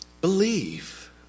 Believe